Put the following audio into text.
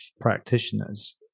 practitioners